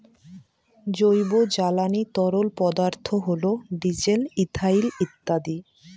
জৈব জ্বালানি তরল পদার্থ হল ডিজেল, ইথানল ইত্যাদি